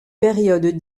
période